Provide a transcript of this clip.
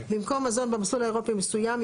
במקום "מזון במסלול האירופי המסוים"